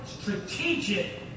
strategic